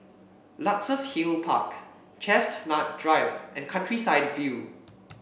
Luxus Hill Park Chestnut Drive and Countryside View